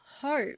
hope